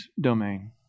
domain